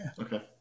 Okay